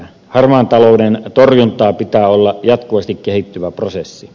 harmaan talouden torjunnan pitää olla jatkuvasti kehittyvä prosessi